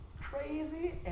Crazy